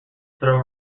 throw